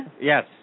Yes